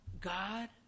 God